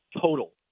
total